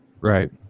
Right